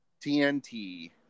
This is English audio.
tnt